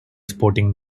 sporting